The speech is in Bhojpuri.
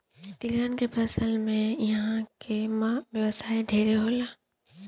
तिलहन के फसल से इहा तेल के व्यवसाय ढेरे होला